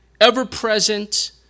ever-present